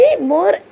more